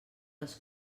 les